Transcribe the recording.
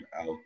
out